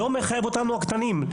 זה לא מחייב אותנו הקטנים.